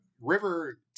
river